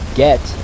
get